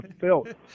felt